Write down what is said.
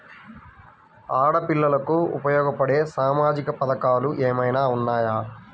ఆడపిల్లలకు ఉపయోగపడే సామాజిక పథకాలు ఏమైనా ఉన్నాయా?